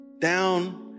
down